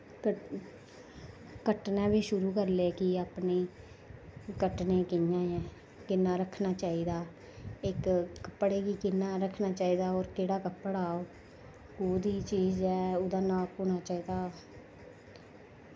कटना बी शुरु करी लेआ कि अपनी कटने कि'यां ऐं किन्ना रक्खना चाहिदा ऐ इक कपड़े गी किन्ना रक्खना चाहिदा होर केह्ड़ा कपड़ा ओह् पूरी चीज़ ऐ ओह्दा नाप होना चाहिदा